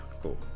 Cool